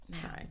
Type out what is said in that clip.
Sorry